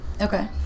Okay